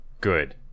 Good